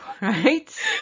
right